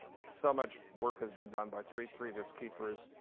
so much work has been done by three previous keepers,